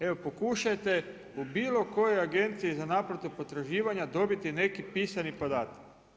Evo pokušajte u bilo kojoj Agenciji za naplatu potraživanja dobiti neki pisani podatak.